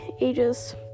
ages